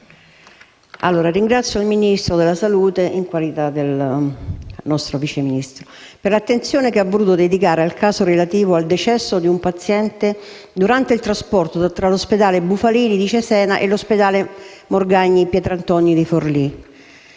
Ringrazio il Ministero della salute, qui rappresentato dal sottosegretario De Filippo, per l'attenzione che ha voluto dedicare al caso relativo al decesso di un paziente durante il trasporto tra l'ospedale Bufalini di Cesena e l'Ospedale Morgagni-Pierantoni di Forlì.